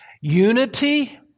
Unity